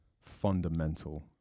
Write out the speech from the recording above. fundamental